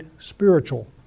spiritual